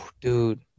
Dude